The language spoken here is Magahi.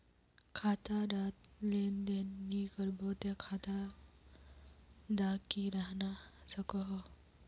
खाता डात लेन देन नि करबो ते खाता दा की रहना सकोहो?